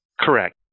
Correct